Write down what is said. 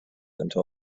until